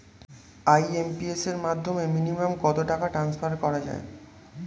IMPS এর মাধ্যমে minimum কত টাকা ট্রান্সফার করা যায়?